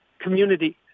community